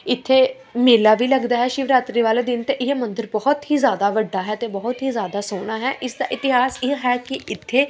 ਇੱਥੇ ਮੇਲਾ ਵੀ ਲੱਗਦਾ ਹੈ ਸ਼ਿਵਰਾਤਰੀ ਵਾਲੇ ਦਿਨ ਅਤੇ ਇਹ ਮੰਦਰ ਬਹੁਤ ਹੀ ਜ਼ਿਆਦਾ ਵੱਡਾ ਹੈ ਅਤੇ ਬਹੁਤ ਹੀ ਜ਼ਿਆਦਾ ਸੋਹਣਾ ਹੈ ਇਸ ਦਾ ਇਤਿਹਾਸ ਇਹ ਹੈ ਕਿ ਇੱਥੇ